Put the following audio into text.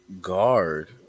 guard